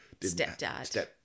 Stepdad